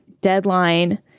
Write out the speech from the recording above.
deadline